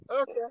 okay